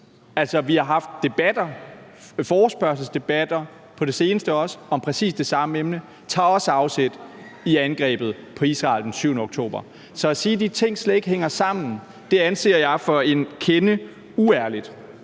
Vi har haft forespørgselsdebatter, også på det seneste, om præcis det samme emne, og de tog også afsæt i angrebet på Israel den 7. oktober. Så at sige, at de ting slet ikke hænger sammen, anser jeg for en kende uærligt,